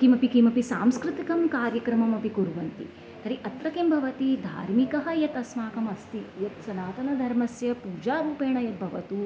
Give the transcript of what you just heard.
किमपि किमपि सांस्कृतिकं कार्यक्रममपि कुर्वन्ति तर्हि अत्र किं भवति धार्मिकः यत् अस्माकम् अस्ति यत् सनातनधर्मस्य पूजारूपेण यत् भवतु